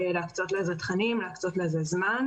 להקצות לזה תכנים וזמן.